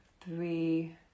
three